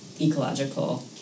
ecological